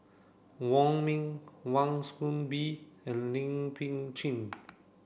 Wong Ming Wan Soon Bee and Lin Pin Chin